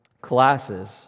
classes